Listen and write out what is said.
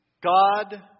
God